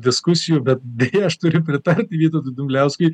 diskusijų bet deja aš turiu pritart vytautui dumbliauskui